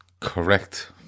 Correct